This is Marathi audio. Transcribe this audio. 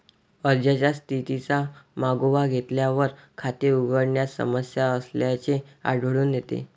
अर्जाच्या स्थितीचा मागोवा घेतल्यावर, खाते उघडण्यात समस्या असल्याचे आढळून येते